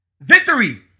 Victory